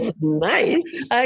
nice